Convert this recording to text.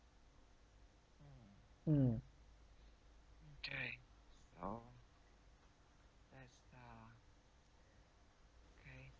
mm